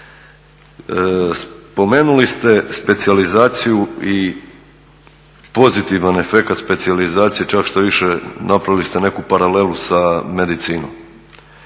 Spomenuli ste specijalizaciju i pozitivan efekat specijalizacije, čak štoviše napravili ste nekakvu paralelu sa medicinom.